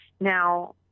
Now